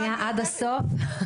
שגם נמצאת כאן סביב השולחן.